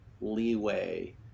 leeway